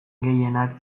gehienak